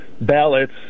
ballots